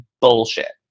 bullshit